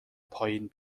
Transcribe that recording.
پایین